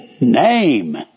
name